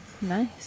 Nice